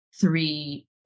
three